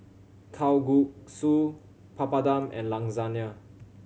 Kalguksu Papadum and Lasagne